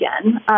again